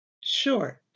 Short